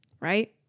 Right